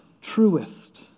truest